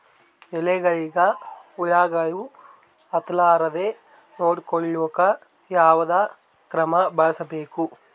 ಎಲೆಗಳಿಗ ಹುಳಾಗಳು ಹತಲಾರದೆ ನೊಡಕೊಳುಕ ಯಾವದ ಕ್ರಮ ಬಳಸಬೇಕು?